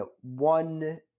one